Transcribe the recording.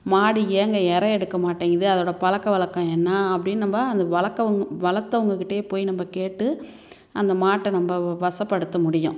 மாடு ஏங்க இரை எடுக்க மாட்டேங்குது அதோட பழக்க வழக்கம் என்ன அப்படின்னு நம்ம அந்த வளர்க்கவங்க வளர்த்தவங்கக்கிட்டே போய் நம்ம கேட்டு அந்த மாட்டை நம்ம வசப்படுத்த முடியும்